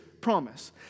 promise